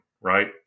right